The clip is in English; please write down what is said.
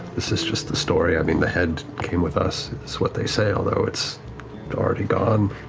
this is just the story, i mean, the head came with us is what they say, although it's already gone.